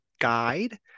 guide